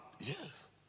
Yes